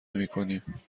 نمیکنیم